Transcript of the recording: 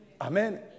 Amen